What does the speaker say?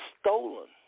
stolen